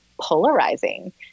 polarizing